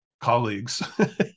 colleagues